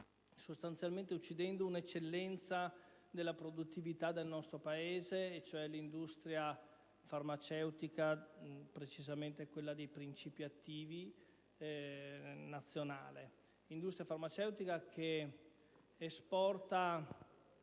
sostanzialmente uccidendo un'eccellenza della produttività del nostro Paese, cioè l'industria farmaceutica nazionale, e precisamente quella dei principi attivi. L'industria farmaceutica, che esporta